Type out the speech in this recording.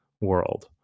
world